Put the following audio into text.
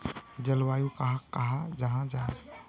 जलवायु कहाक कहाँ जाहा जाहा?